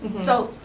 so